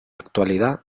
actualidad